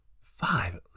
Five